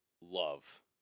love